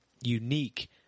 unique